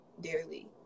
dearly